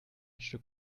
stück